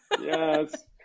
Yes